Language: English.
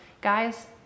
guys